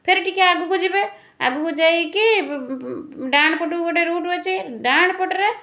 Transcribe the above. ଫେର ଟିକିଏ ଆଗକୁ ଯିବେ ଆଗକୁ ଯାଇକି ଡାହାଣ ପଟକୁ ଗୋଟେ ରୁଟ୍ ଅଛି ଡାହାଣ ପଟରେ